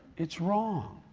it's wrong.